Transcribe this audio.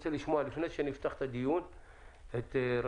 לפני שנפתח את הדיון אני רוצה לשמוע את מיכל הלפרין,